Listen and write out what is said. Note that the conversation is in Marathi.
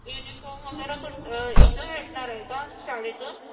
युनिफॉम वगैरे कुठं इथं भेटणार आहे का शाळेतून